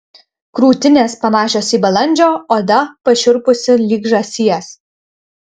krūtinės panašios į balandžio oda pašiurpusi lyg žąsies